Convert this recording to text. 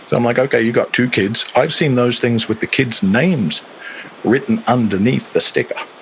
i'm like, okay, you've got two kids. i've seen those things with the kids' names written underneath the sticker